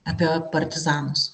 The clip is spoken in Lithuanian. apie partizanus